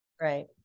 Right